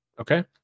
Okay